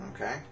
okay